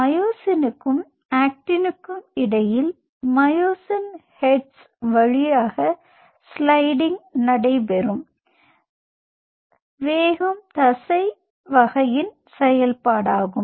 மயோசினுக்கும் ஆக்டினுக்கும் இடையில் மயோசின் ஹெட் வழியாக ஸ்லைடிங் நடைபெறும் வேகம் தசை வகையின் செயல்பாடாகும்